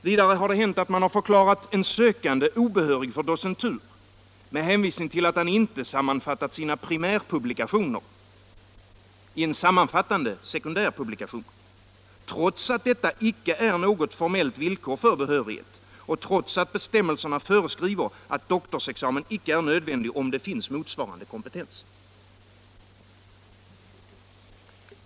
Vidare har det hänt att man har förklarat en sökande obehörig för docentur med hänvisning till att han inte sammanfattat sina primärpublikationer i en sammanfattande sekundär publikation —- trots att detta icke är något formellt villkor för behörighet och trots att bestämmelserna föreskriver att doktorsexamen icke är nödvändig om det finns motsvarande kompetens.